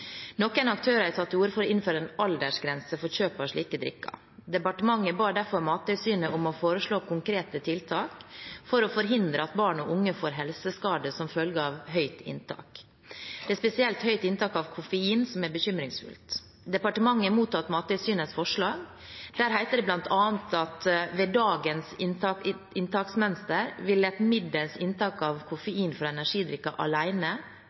Noen aktører har tatt til orde for å innføre en aldersgrense for kjøp av slike drikker. Departementet ba derfor Mattilsynet om å foreslå konkrete tiltak for å forhindre at barn og unge får helseskader som følge av et høyt inntak. Det er spesielt høyt inntak av koffein som er bekymringsfullt. Departementet har mottatt Mattilsynets forslag. Der heter det bl.a. at ved dagens inntaksmønster vil et middels inntak av koffein fra energidrikker